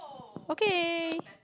okay